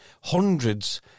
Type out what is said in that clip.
Hundreds